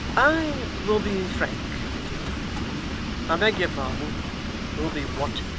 i will be frank with you i beg your pardon will be what